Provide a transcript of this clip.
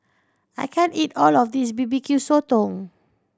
I can't eat all of this B B Q Sotong